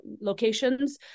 Locations